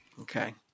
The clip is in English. Okay